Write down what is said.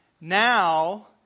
Now